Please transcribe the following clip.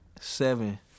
Seven